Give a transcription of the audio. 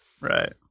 Right